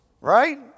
right